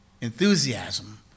enthusiasm